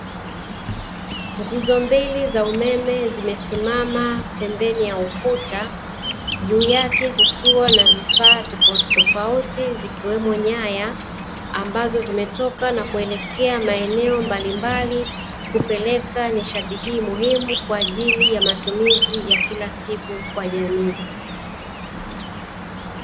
Nguzo mbili za umeme zimesimama pembeni ya ukuta juu yake, kukiwa na vifaa tofautitauti zikiwemo nyaya ambazo zimetoka na kuelekea maeneo mbalimbali kupeleka nishati hii muhimu kwaajili ya matumizi ya kila siku kwa jamii.